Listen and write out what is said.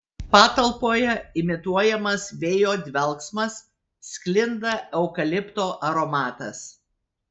patalpoje imituojamas vėjo dvelksmas sklinda eukalipto aromatas